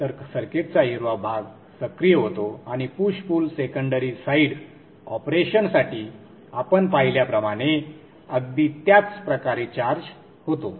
तर सर्किटचा हिरवा भाग सक्रिय होतो आणि पुश पुल सेकंडरी साइड ऑपरेशनसाठी आपण पाहिल्याप्रमाणे अगदी त्याच प्रकारे चार्ज होतो